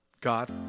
God